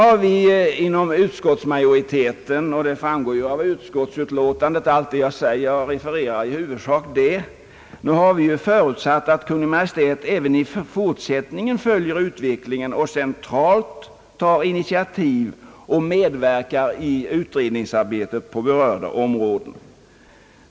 Av utskottsutlåtandet — som jag här 1 huvudsak refererar — framgår vidare att utskottet förutsatte att Kungl. Maj:t även i fortsättningen följer utvecklingen och centralt tar initiativ och medverkar i utredningsarbetet på berörda områden.